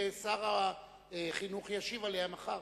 ושר החינוך ישיב עליה מחר.